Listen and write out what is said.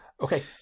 Okay